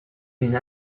une